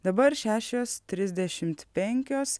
dabar šešios trisdešim penkios